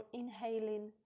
inhaling